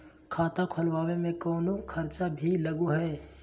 खाता खोलावे में कौनो खर्चा भी लगो है?